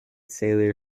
sailor